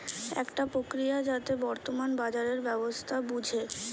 একটা প্রক্রিয়া যাতে বর্তমান বাজারের ব্যবস্থা বুঝে